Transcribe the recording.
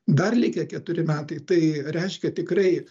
dar likę keturi metai tai reiškia tikrai